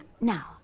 now